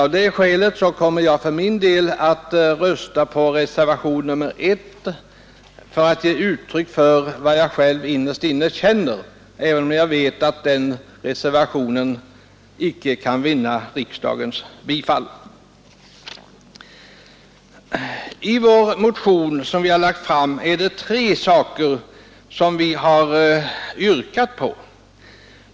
Av det skälet kommer jag att rösta på reservationen 1 för att ge uttryck åt vad jag själv innerst inne känner, även om jag vet att den reservationen icke kan vinna riksdagens bifall. I vår motion har vi tre yrkanden.